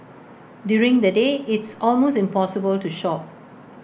during the day it's almost impossible to shop